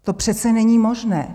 To přece není možné.